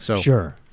Sure